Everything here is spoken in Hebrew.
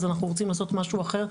אז אנחנו רוצים לעשות משהו אחר,